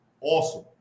awesome